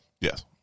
Yes